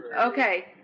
Okay